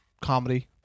comedy